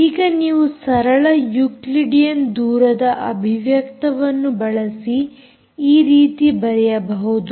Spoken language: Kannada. ಈಗ ನೀವು ಸರಳ ಯುಕ್ಲಿಡಿಯನ್ ದೂರದ ಅಭಿವ್ಯಕ್ತವನ್ನು ಬಳಸಿ ಈ ರೀತಿ ಬರೆಯಬಹುದು